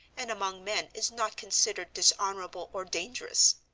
and among men is not considered dishonorable or dangerous.